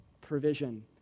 provision